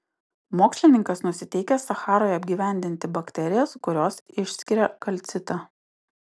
mokslininkas nusiteikęs sacharoje apgyvendinti bakterijas kurios išskiria kalcitą